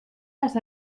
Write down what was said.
las